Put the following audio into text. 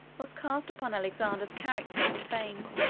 was cast upon alexander's character and fame.